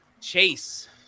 Chase